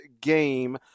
game